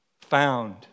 found